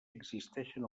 existeixen